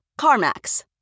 CarMax